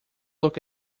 look